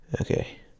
Okay